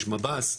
יש מב"ס,